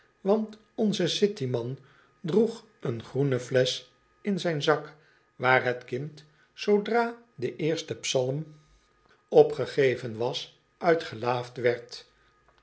want onze city man droeg een groene flesch in zijn zak waar het kind zoodra de eerste psalm opgegeven was uit gelaafd werd